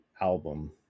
album